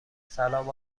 سلام